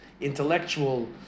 intellectual